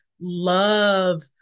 love